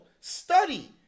study